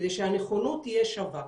כדי שהנכונות תהיה שווה.